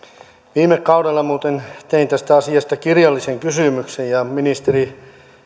viime kaudella muuten tein tästä asiasta kirjallisen kysymyksen ja ministeri